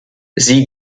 sie